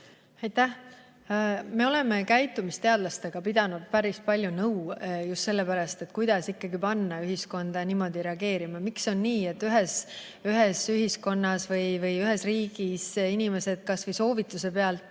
Aitäh! Me oleme käitumisteadlastega pidanud päris palju nõu, kuidas ikkagi panna ühiskonda [soovitult] reageerima. Miks on nii, et ühes ühiskonnas või ühes riigis inimesed kas või soovituse mõjul